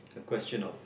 a question of